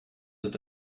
ist